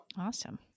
Awesome